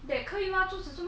then 那些 dumping of